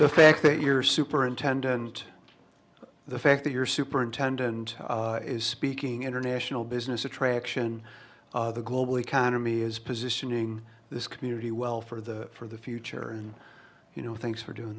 the fact that you're superintendent the fact that you're superintendent is speaking international business attraction the global economy is positioning this community well for the for the future you know thanks for doing